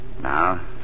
Now